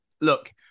look